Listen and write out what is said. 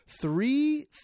three